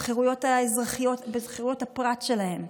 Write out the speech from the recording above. בחירויות האזרחיות, בזכויות הפרט שלהם.